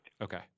Okay